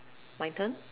my turn